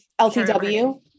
LTW